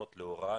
האולפנים.